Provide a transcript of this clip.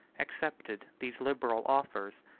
accepted these liberal offers,